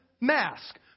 mask